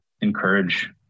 encourage